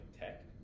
tech